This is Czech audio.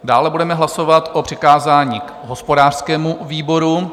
Dále budeme hlasovat o přikázání hospodářskému výboru.